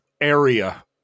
area